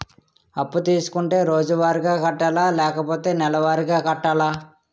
అప్పు తీసుకుంటే రోజువారిగా కట్టాలా? లేకపోతే నెలవారీగా కట్టాలా?